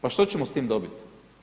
Pa što ćemo s time dobiti?